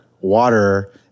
water